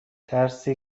ترسی